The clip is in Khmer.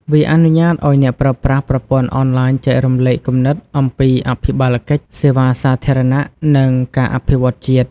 វាអនុញ្ញាតឱ្យអ្នកប្រើប្រាស់ប្រព័ន្ធអនឡាញចែករំលែកគំនិតអំពីអភិបាលកិច្ច សេវាសាធារណៈ និងការអភិវឌ្ឍន៍ជាតិ។